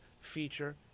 feature